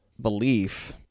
belief